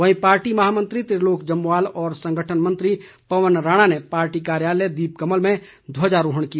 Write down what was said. वहीं पार्टी महामंत्री त्रिलोक जमवाल और संगठन मंत्री पवन राणा ने पार्टी कार्यालय दीपकमल में ध्वजारोहण किया